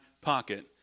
pocket